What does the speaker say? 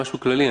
משהו כללי.